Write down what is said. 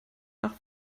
nach